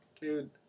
dude